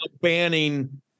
banning